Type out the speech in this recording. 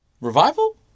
Revival